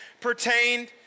pertained